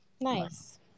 Nice